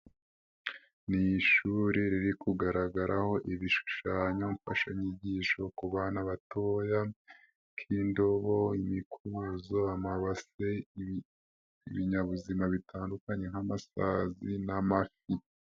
Ni ishuri riri kugaragaraho ibishushanyo mfashanyigisho ku bana batoya, k'indobo, imikubuzo, amabase, ibinyabuzima bitandukanye nk'amasazi n'amafi.